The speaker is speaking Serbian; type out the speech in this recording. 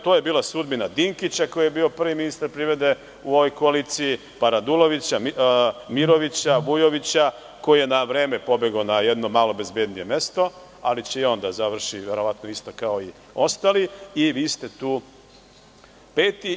To je bila sudbina Dinkića koji je bio prvi ministar privrede u ovoj koaliciji, pa Radulovića, pa Mirovića, Vujovića, koji je na vreme pobegao na jedno malo bezbednije mesto, ali će i on da završi verovatno isto kao i ostali i vi ste tu peti.